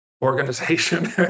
organization